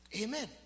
Amen